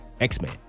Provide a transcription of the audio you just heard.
X-Men